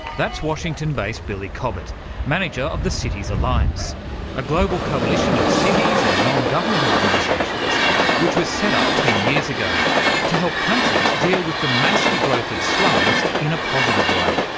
that's washington based billy cobbett manager of the cities alliance a global coalition of cities and non-government organisations which was set up ten years ago to help countries deal with the massive growth of slums in a positive way.